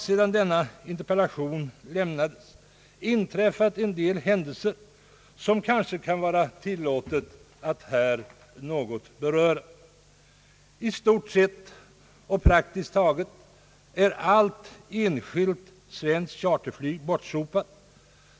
Sedan denna interpellation lämnades har det emellertid inträffat en del på detta område som kanske kan vara tilllåtet att här något beröra. I stort sett har praktiskt taget allt enskilt svenskt charterflyg bortsopats.